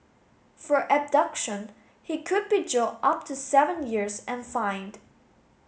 for abduction he could be jailed up to seven years and fined